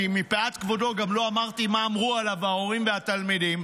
כי מפאת כבודו גם לא אמרתי מה אמרו עליו ההורים והתלמידים.